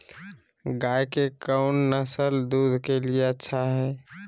गाय के कौन नसल दूध के लिए अच्छा है?